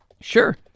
Sure